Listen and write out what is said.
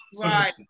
Right